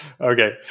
Okay